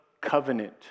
Covenant